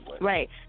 Right